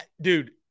Dude